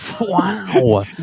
Wow